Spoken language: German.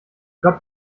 gott